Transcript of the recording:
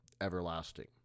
everlasting